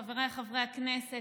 חבריי חברי הכנסת,